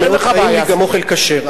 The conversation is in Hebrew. מאוד טעים לי גם אוכל כשר,